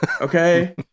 Okay